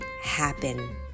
happen